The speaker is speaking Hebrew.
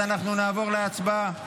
אז אנחנו נעבור להצבעה.